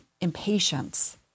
impatience